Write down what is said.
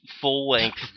full-length